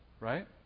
right